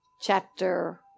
chapter